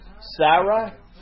Sarah